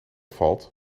valt